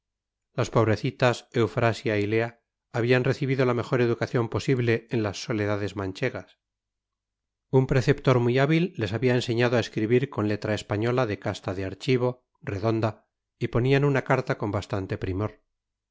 las pobrecitas eufrasia y lea habían recibido la mejor educación posible en las soledades manchegas un preceptor muy hábil les había enseñado a escribir con letra española de casta de archivo redonda y ponían una carta con bastante primor